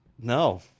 No